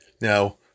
Now